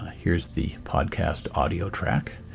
here's the podcast audio track,